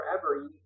forever